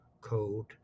code